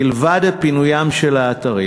מלבד פינוים של האתרים